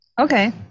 Okay